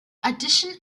addition